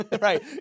Right